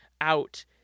out